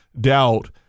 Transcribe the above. doubt